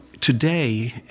today